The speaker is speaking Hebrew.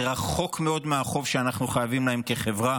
זה רחוק מאוד מהחוב שאנחנו חייבים להם כחברה,